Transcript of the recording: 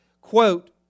quote